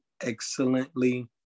excellently